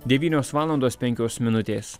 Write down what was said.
devynios valandos penkios minutės